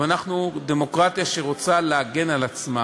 אבל אנחנו דמוקרטיה שרוצה להגן על עצמה.